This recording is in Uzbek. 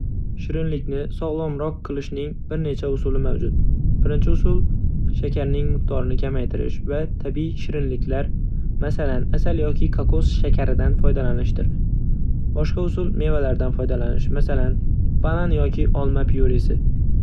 Shirinlikni sog'lomroq qilishning bir necha usuli mavjud. Birinchi usul, shakarning miqdorini kamaytirish va tabiiy shirinliklar, masalan, asal yoki kokos shakaridan foydalanishdir. Boshqa usul - mevalardan foydalanish, masalan, banan yoki olma pyuresi.